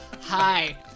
hi